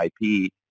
IP